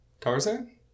tarzan